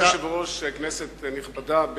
אדוני היושב-ראש, כנסת נכבדה,